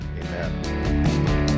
Amen